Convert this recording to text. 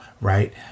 right